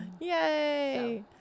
yay